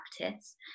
practice